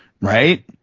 Right